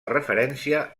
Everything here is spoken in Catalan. referència